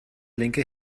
linke